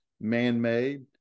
man-made